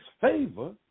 favor